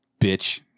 bitch